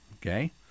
okay